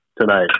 tonight